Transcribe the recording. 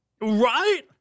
Right